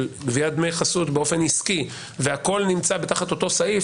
גביית דמי חסות באופן עסקי והכול נמצא בתחת אותו סעיף